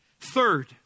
Third